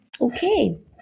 okay